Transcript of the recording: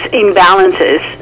imbalances